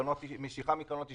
משיכה מקרנות השתלמות,